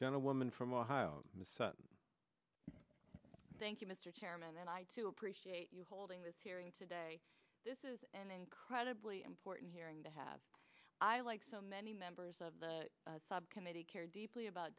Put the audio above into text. ewoman from ohio thank you mr chairman and i too appreciate you holding this hearing today this is an incredibly important hearing to have i like so many members of the subcommittee care deeply about